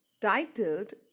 titled